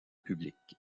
publique